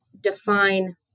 define